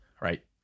right